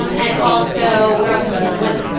um and also, where else have i lived? went to,